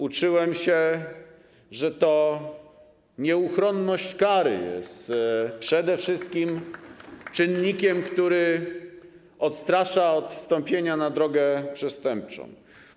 uczyłem się, że to nieuchronność kary jest przede wszystkim czynnikiem, który odstrasza od wstąpienia na drogę przestępczą.